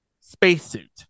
spacesuit